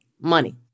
money